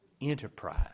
Enterprise